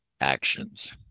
actions